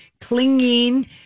clinging